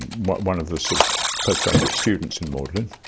but one of the sort of postgraduate students in magdalene.